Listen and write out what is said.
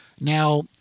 Now